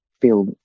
feel